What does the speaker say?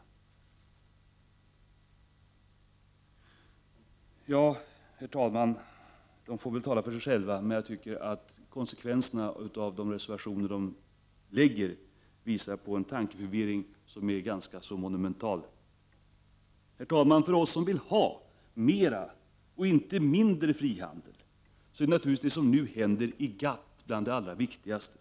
Dessa två ledamöter får väl, herr talman, tala för sig själva, men jag menar att konsekvenserna av deras reservationer visar på en tankeförvirring som är ganska så monumental. Herr talman! För oss som önskar mer och inte mindre frihandel är naturligtvis det som nu händer inom GATT det allra viktigaste.